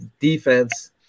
defense